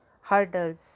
hurdles